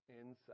inside